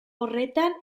horretan